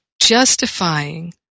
justifying